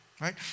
right